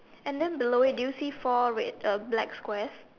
and then below it do you see four red uh black squares